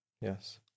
Yes